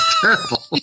terrible